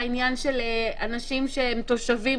העניין של אנשים שהם תושבים,